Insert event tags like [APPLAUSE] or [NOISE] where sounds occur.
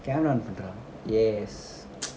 camera on பண்ணுரா:pannura yes [NOISE]